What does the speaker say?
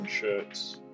shirts